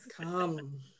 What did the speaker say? come